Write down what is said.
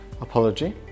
apology